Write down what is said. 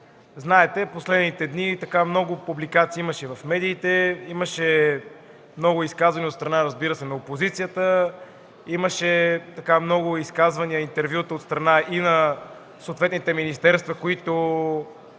че през последните дни имаше много публикации в медиите, имаше много изказвания от страна на опозицията, имаше много изказвания и интервюта от страна на съответните министерства, които